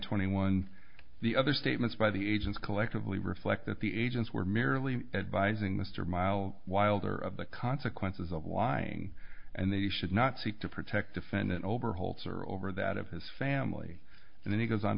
twenty one the other statements by the agents collectively reflect that the agents were merely advising the stor mile wylder of the consequences of lying and they should not seek to protect defendant overholser over that of his family and then he goes on